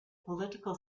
political